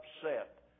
upset